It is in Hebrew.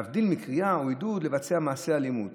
להבדיל מקריאה או עידוד לבצע מעשה אלימות.